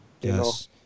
Yes